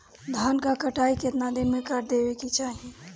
धान क कटाई केतना दिन में कर देवें कि चाही?